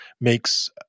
makes